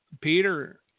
Peter